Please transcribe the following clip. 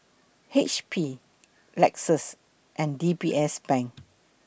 H P Lexus and D B S Bank